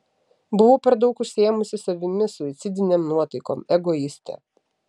buvau per daug užsiėmusi savimi suicidinėm nuotaikom egoistė